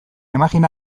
imajina